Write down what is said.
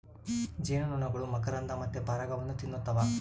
ಜೇನುನೊಣಗಳು ಮಕರಂದ ಮತ್ತೆ ಪರಾಗವನ್ನ ತಿನ್ನುತ್ತವ